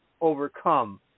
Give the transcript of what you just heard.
overcome